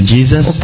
Jesus